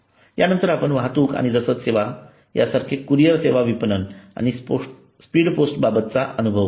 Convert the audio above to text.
यानंतर आपण वाहतूक आणि रसद सेवा सारखे कुरिअर सेवा विपणन आणि स्पीड पोस्ट बाबतचा अनुभव पाहू